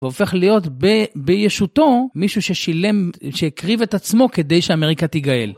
והופך להיות בישותו מישהו ששילם, שהקריב את עצמו כדי שאמריקה תיגאל.